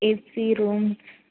AC room